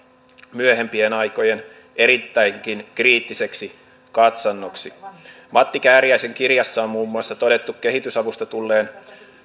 myöhempien aikojen erittäinkin kriittiseksi katsannoksi matti kääriäisen kirjassa on muun muassa todettu kehitysavusta tulleen